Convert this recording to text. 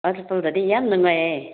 ꯋꯥꯇꯔꯐꯣꯜꯗꯗꯤ ꯌꯥꯝ ꯅꯨꯡꯉꯥꯏꯌꯦ